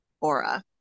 aura